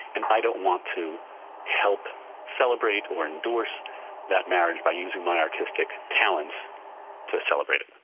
and i don't want to help celebrate or endorse that marriage by using my artistic talents to celebrate it.